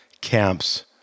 camps